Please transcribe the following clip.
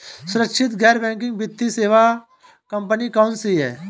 सुरक्षित गैर बैंकिंग वित्त सेवा कंपनियां कौनसी हैं?